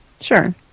Sure